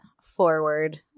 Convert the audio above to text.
forward